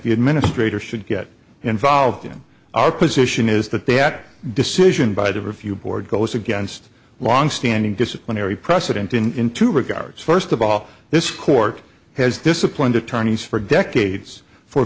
the administrator should get involved in our position is that they at decision by the review board goes against longstanding disciplinary precedent in into regards first of all this court has disciplined attorneys for decades for